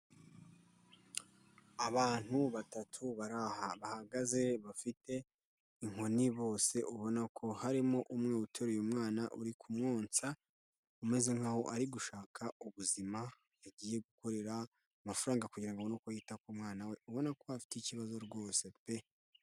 Abantu batatu bari aha. Bahagaze bafite inkoni bose, ubona ko harimo umwe uteruye umwana uri kumwonsa, umeze nkaho ari gushaka ubuzima, yagiye gukorera amafaranga kugira ngo abone uko yita ku mwana we, ubona ko afite ikibazo rwose pe.